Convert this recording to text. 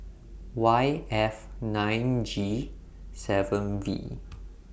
Y F nine G seven V